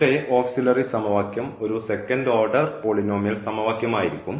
ഇവിടെ ഓക്സിലറി സമവാക്യം ഒരു സെക്കൻഡ് ഓർഡർ പോളിനോമിയൽ സമവാക്യം ആയിരിക്കും